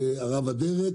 הרב אדרת,